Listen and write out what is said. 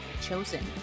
Chosen